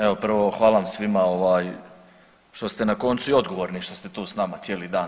Evo prvo hvala vam svima što ste na koncu i odgovorni što ste tu sa nama cijeli dan.